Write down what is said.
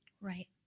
Right